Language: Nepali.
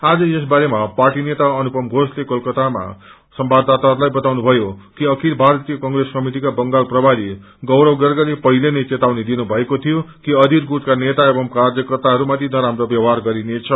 आज यस बारेमा पार्टी नेता अनुपम घोषले कोलकत्ताम संवाददाताहस्लाई बताउनु भयो कि अखिल भारतीय कंग्रेस कमिटिका बंगाल प्रभारी गौरव गर्गले पहिले नै चेतावनी दिनु भएको थियो कि अधीर गुटका नेता एवं कार्यकर्त्ताहरूमाथि नराम्रो व्यवहार गरिनेछ